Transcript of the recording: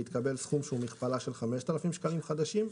והתקבל סכום שהוא מכפלה של 5,000 שקלים חדשים,